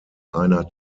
einer